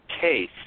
case